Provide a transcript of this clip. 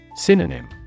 Synonym